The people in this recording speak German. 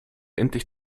endlich